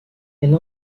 elle